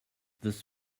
this